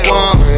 one